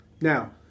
now